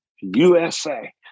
USA